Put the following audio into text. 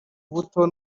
buto